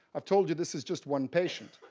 i've told you this is just one patient.